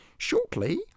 shortly